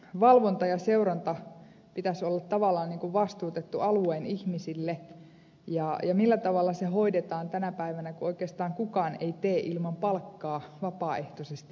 valvonnan ja seurannan pitäisi olla tavallaan vastuutettu alueen ihmisille ja millä tavalla se hoidetaan tänä päivänä kun oikeastaan kukaan ei tee ilman palkkaa vapaaehtoisesti juuri mitään